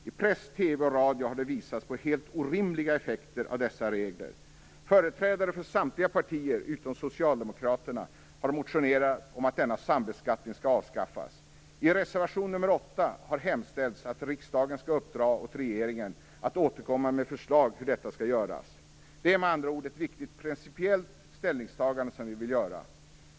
I press, TV och radio har det visats på helt orimliga effekter av dessa regler. Företrädare för samtliga partier utom Socialdemokraterna har motionerat om att denna sambeskattning skall avskaffas. I reservation 8 har hemställts att riksdagen skall uppdra åt regeringen att återkomma med förslag hur detta skall kunna göras. Det är med andra ord ett viktigt principiellt ställningstagande som vi vill göra.